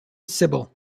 sibyl